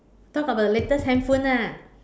talk about the latest handphone ah